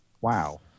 wow